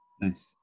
Nice